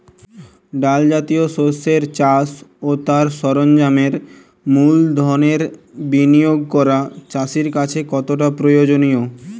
ডাল জাতীয় শস্যের চাষ ও তার সরঞ্জামের মূলধনের বিনিয়োগ করা চাষীর কাছে কতটা প্রয়োজনীয়?